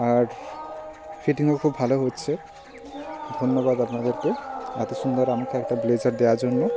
আর ফিটিংও খুব ভালো হচ্ছে ধন্যবাদ আপনাদেরকে এতো সুন্দর আমাকে একটা ব্লেজার দেওয়ার জন্য